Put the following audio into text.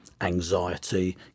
anxiety